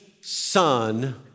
son